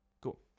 Cool